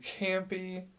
campy